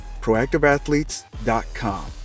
proactiveathletes.com